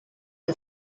the